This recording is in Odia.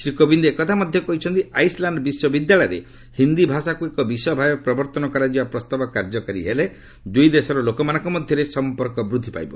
ଶ୍ରୀ କୋବିନ୍ଦ ଏକଥା ମଧ୍ୟ କହିଛନ୍ତି ଆଇସଲ୍ୟାଣ୍ଡ ବିଶ୍ୱବିଦ୍ୟାଳୟରେ ହିନ୍ଦୀ ଭାଷାକୁ ଏକ ବିଷୟ ଭାବେ ପ୍ରବର୍ତ୍ତନ କରାଯିବା ପ୍ରସ୍ତାବ କାର୍ଯ୍ୟକାରୀ ହେଲେ ଦୁଇଦେଶର ଲୋକମାନଙ୍କ ମଧ୍ୟରେ ସଫପର୍କ ବୃଦ୍ଧି ପାଇବ